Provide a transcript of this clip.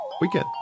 weekend